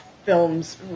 films